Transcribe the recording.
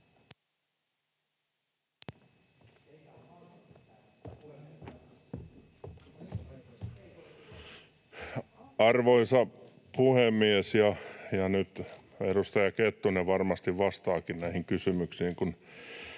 Arvoisa puhemies! Nyt edustaja Kettunen varmasti vastaakin näihin kysymyksiin,